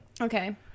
Okay